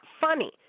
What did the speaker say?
funny